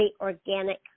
organic